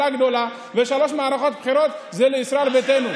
גדולה ושלוש מערכות בחירות זה ישראל ביתנו.